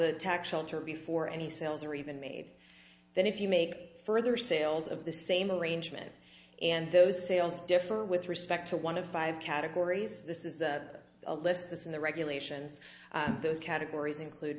the tax shelter before any sales are even made then if you make further sales of the same arrangement and those sales differ with respect to one of five categories this is the a list this in the regulations those categories include